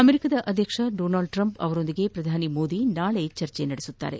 America ಅಧ್ಯಕ್ಷ Donald Trump ಅವರೊಂದಿಗೆ ಪ್ರಧಾನಿ ಮೋದಿ ನಾಳೆ ಚರ್ಚೆ ನಡೆಸಲಿದ್ದಾರೆ